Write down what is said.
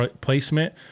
placement